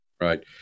Right